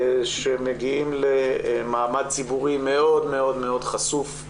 שמגיעים למעמד ציבורי מאוד מאוד חשוף,